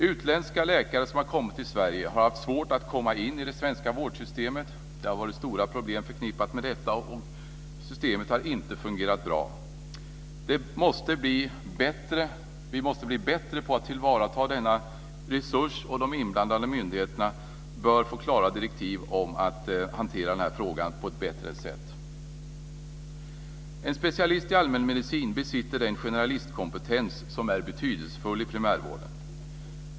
Utländska läkare som kommit till Sverige har haft svårt att komma in i det svenska vårdsystemet. Stora problem har varit förknippade med detta. Systemet har inte fungerat bra. Vi måste bli bättre på att tillvarata denna resurs, och de inblandade myndigheterna bör få klara direktiv om att hantera frågan på ett bättre sätt. En specialist i allmänmedicin besitter den generalistkompetens som är betydelsefull i primärvården.